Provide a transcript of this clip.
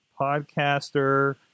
podcaster